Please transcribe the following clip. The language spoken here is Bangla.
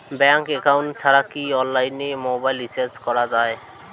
ব্যাংক একাউন্ট ছাড়া কি অনলাইনে মোবাইল রিচার্জ করা যায়?